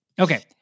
Okay